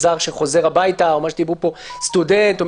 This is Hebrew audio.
במקום "ובלבד שהתקיים אחד מאלה" יבוא "ובלבד שהטיסה היא